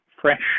fresh